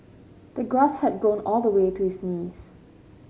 the grass had grown all the way to his knees